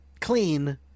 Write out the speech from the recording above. clean